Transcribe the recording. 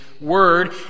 word